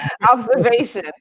Observation